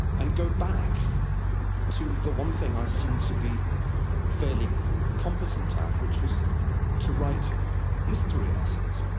and go back to the one thing i seemed to be fairly competent at, which was to write history essays.